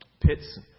pits